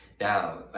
now